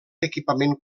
equipament